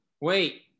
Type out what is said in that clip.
wait